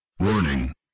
Warning